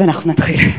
אז אנחנו נתחיל.